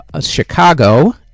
Chicago